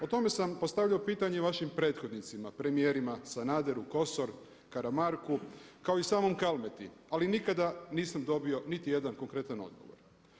O tome sam postavljao pitanje i vašim prethodnicima, premijerima Sanaderu, Kosor, Karamarku kao i samom Kalmeti ali nikada nisam dobio niti jedan konkretna odgovor.